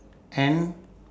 and